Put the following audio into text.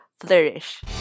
Flourish